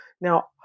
Now